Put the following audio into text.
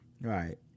Right